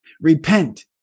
Repent